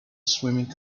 swimming